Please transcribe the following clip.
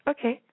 Okay